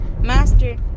Master